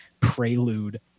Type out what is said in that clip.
prelude